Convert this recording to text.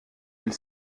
elle